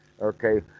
Okay